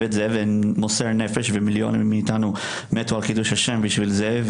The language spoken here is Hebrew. את זה ומוסר נפש ומיליונים מאיתנו מתו על קידוש השם בשביל זה.